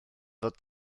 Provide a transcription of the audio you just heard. fod